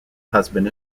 husband